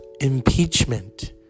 impeachment